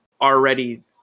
already